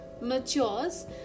matures